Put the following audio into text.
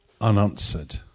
unanswered